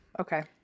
Okay